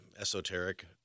esoteric